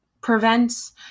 prevents